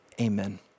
Amen